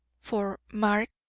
for, mark,